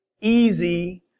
easy